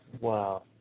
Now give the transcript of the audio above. Wow